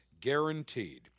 guaranteed